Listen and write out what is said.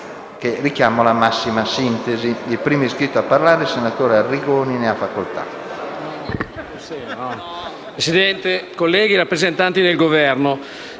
Presidente, colleghi, rappresentanti del Governo,